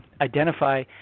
identify